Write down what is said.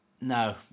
No